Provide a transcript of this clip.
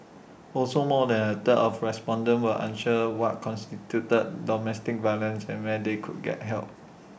also more than A third of respondents were unsure what constituted domestic violence and where they could get help